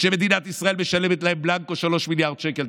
שמדינת ישראל משלמת להם בלנקו 3 מיליארד שקל,